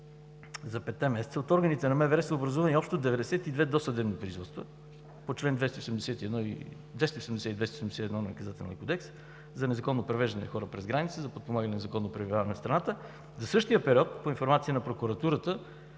за петте месеца, от органите на МВР са образувани общо 92 досъдебни производства по чл. 281 и чл. 282 от Наказателния кодекс за незаконно превеждане на хора през границата, за подпомагане на незаконното пребиваване в страната. По информация на прокуратурата